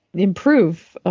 improve,